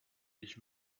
ich